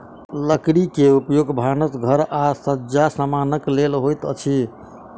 लकड़ी के उपयोग भानस घर आ सज्जा समानक लेल होइत अछि